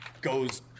goes